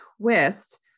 twist